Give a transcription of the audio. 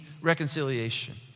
reconciliation